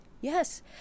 yes